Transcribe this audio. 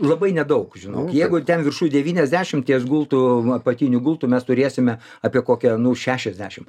labai nedaug žinok jeigu ten viršuj devyniasdešimt ties gultų apatinių gultų mes turėsime apie kokią nu šešiasdešimt